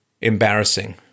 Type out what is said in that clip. embarrassing